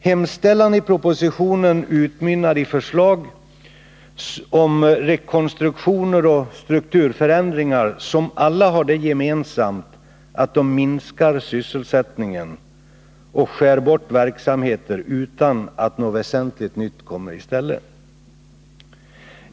Hemställan i propositionen utmynnar i förslag om rekonstruktioner och strukturförändringar som alla har det gemensamt, att de minskar sysselsättningen och skär bort verksamheter utan att något väsentligt nytt kommer i stället.